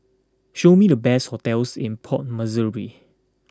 show me the best hotels in Port Moresby